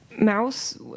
Mouse